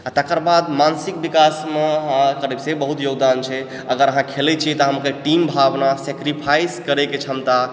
तकर बाद मानसिक विकासमे से बहुत योगदान छै अगर अहाँ खेलै छी तऽ अहाँके टीम भावना सैक्रिफाइस करैके क्षमता